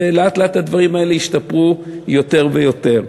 ולאט לאט הדברים האלה ישתפרו יותר ויותר.